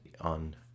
on